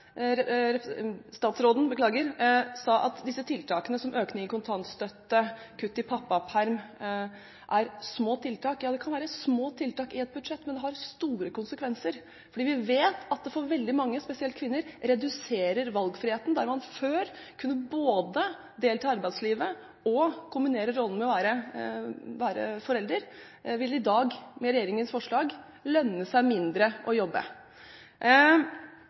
Statsråden sa at tiltakene som økning i kontantstøtten og kutt i pappaperm er små tiltak. Ja, det kan være små tiltak i et budsjett, men det har store konsekvenser, fordi vi vet at det for veldig mange, spesielt kvinner, reduserer valgfriheten. Der man før kunne delta i arbeidslivet og kombinere det med rollen som forelder, vil det i dag med regjeringens forslag lønne seg mindre å jobbe.